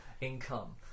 income